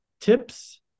tips